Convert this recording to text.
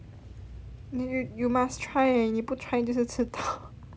you you you must try eh 你不 try 就是迟到